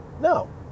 No